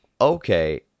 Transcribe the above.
Okay